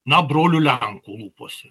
na brolių lenkų lūpose